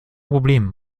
problem